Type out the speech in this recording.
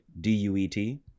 D-U-E-T